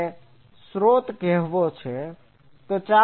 મારે વર્તમાન સ્રોત કહેવું જોઈએ